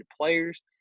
players